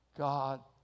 God